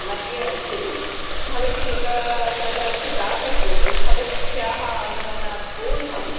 मध्ये अस्ति भवती यदा कदाचित् आगच्छतु भवत्याः आगमनात् पूर्वं